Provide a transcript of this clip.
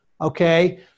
okay